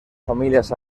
familias